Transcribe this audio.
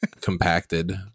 compacted